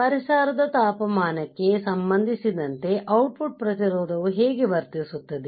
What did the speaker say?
ಪರಿಸರದ ತಾಪಮಾನಕ್ಕೆ ಸಂಬಂಧಿಸಿದಂತೆ ಔಟ್ ಪುಟ್ ಪ್ರತಿರೋಧವು ಹೇಗೆ ವರ್ತಿಸುತ್ತದೆ